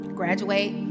graduate